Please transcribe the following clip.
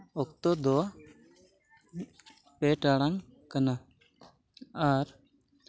ᱚᱠᱛᱚ ᱫᱚ ᱯᱮ ᱴᱟᱲᱟᱝ ᱠᱟᱱᱟ ᱟᱨ